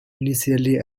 initially